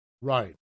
Right